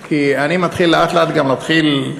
כי אני מתחיל לאט-לאט גם להרגיש,